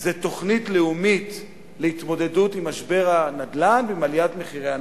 זה תוכנית לאומית להתמודדות עם משבר הנדל"ן ועם עליית מחירי הנדל"ן.